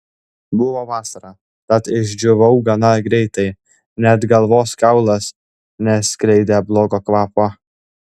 buvo vasara tad išdžiūvau gana greitai net galvos kaulas neskleidė blogo kvapo